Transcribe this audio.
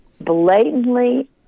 blatantly